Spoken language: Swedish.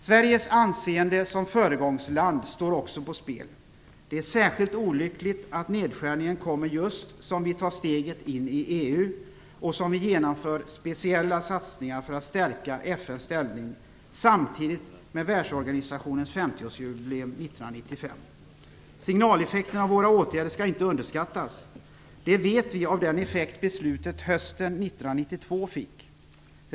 Sveriges anseende som föregångsland står också på spel. Det är särskilt olyckligt att nedskärningen kommer just som vi tar steget in i EU och som vi genomför speciella satsningar för att stärka FN:s ställning samtidigt med världsorganisationens 50 årsjubileum 1995. Signaleffekten av våra åtgärder skall inte underskattas. Det vet vi av den effekt beslutet hösten 1992 fick.